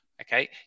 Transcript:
okay